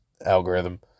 algorithm